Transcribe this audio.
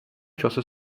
čase